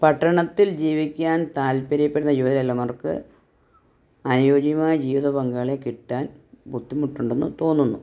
പട്ടണത്തിൽ ജീവിക്കാൻ താല്പര്യപ്പെടുന്ന യുവതലമുറക്ക് അനുയോജ്യമായ ജീവിത പങ്കാളിയെ കിട്ടാൻ ബുദ്ധിമുട്ടുണ്ടെന്ന് തോന്നുന്നു